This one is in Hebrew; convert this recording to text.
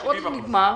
זה עוד לא נגמר.